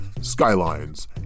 skylines